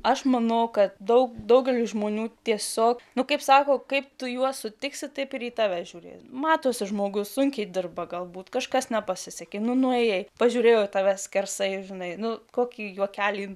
aš manau kad daug daugelį žmonių tiesiog nu kaip sako kaip tu juos sutiksi taip ir į tave žiūri matosi žmogus sunkiai dirba galbūt kažkas nepasisekė nuėjai pažiūrėjo į tave skersai žinai nu kokį juokelį